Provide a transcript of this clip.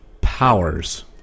powers